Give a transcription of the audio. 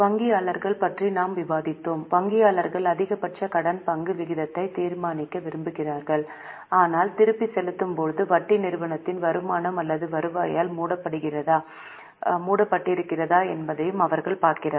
வங்கியாளர்கள் பற்றி நாம் விவாதித்தோம் வங்கியாளர்கள் அதிகபட்ச கடன் பங்கு விகிதத்தை தீர்மானிக்க விரும்புகிறார்கள் ஆனால் திருப்பிச் செலுத்தப் போகும் வட்டி நிறுவனத்தின் வருமானம் அல்லது வருவாயால் மூடப்பட்டிருக்கிறதா என்பதையும் அவர்கள் பார்க்கிறார்கள்